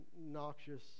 noxious